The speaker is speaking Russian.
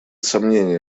сомнений